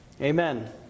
Amen